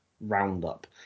roundup